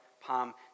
Palm